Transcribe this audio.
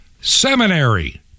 seminary